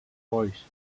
foix